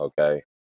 okay